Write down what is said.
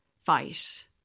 fight